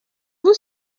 vous